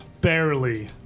barely